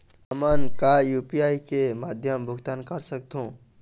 हमन का यू.पी.आई के माध्यम भुगतान कर सकथों?